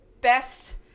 best